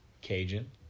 Cajun